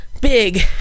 big